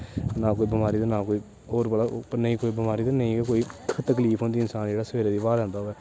ना कोई बमारी ते ना कोई होर नेईं कोई बमारी ते नेईं गै कोई तकलीफ होंदी इंसान जेह्ड़ा सवेरे दी हवा लैंदा होऐ